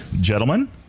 Gentlemen